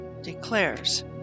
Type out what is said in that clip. declares